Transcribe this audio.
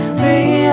three